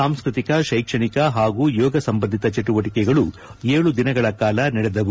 ಸಾಂಸ್ವತಿಕ ಶೈಕ್ಷಣಿಕ ಪಾಗೂ ಯೋಗ ಸಂಬಂಧಿತ ಚಟುವಟಿಕೆಗಳು ಏಳು ದಿನಗಳ ಕಾಲ ನಡೆದವು